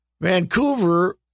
Vancouver